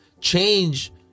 change